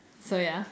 so yeah